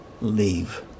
leave